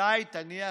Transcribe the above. מתי תניח